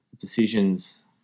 decisions